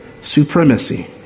supremacy